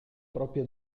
propria